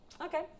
okay